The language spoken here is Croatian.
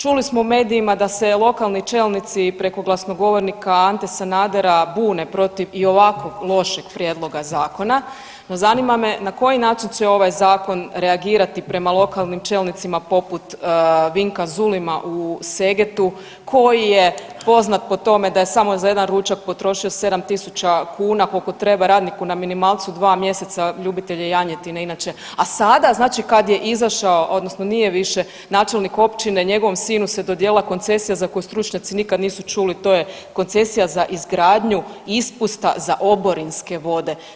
Čuli smo u medijima da se lokalni čelnici preko glasnogovornika Ante Sanadera bune protiv i ovako lošeg prijedloga zakona, no, zanima me na koji način će ovaj Zakon reagirati prema lokalnim čelnicima poput Vinka Zulima u Segetu koji je poznat po tome da je samo za jedan ručak potrošio 7 tisuća kuna, koliko treba radniku na minimalcu 2 mjeseca, ljubitelj je janjetine, inače, a sada znači kad je izašao, odnosno nije više načelnik općine, njegovom sinu se dodijelila koncesija za koju stručnjaci nikad nisu čuli, to je koncesija za izgradnju ispusta za oborinske vode.